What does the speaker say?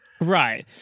Right